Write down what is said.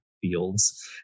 fields